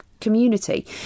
community